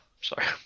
sorry